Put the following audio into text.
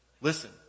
listen